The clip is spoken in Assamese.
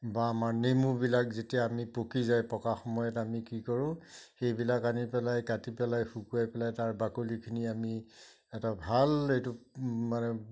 বা আমাৰ নেমুবিলাক যেতিয়া আমি পকি যায় পকা সময়ত আমি কি কৰোঁ সেইবিলাক আনি পেলাই কাটি পেলাই শুকুৱাই পেলাই তাৰ বাকলিখিনি আমি এটা ভাল এইটো মানে